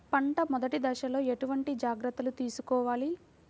పంట మెదటి దశలో ఎటువంటి జాగ్రత్తలు తీసుకోవాలి?